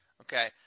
Okay